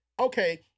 okay